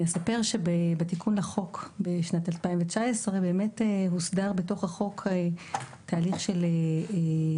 אני מבקשת לספר שבתיקון החוק מ-2019 הוסדר בתוך החוק תהליך של תוכנית,